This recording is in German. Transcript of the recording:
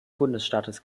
bundesstaates